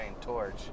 torch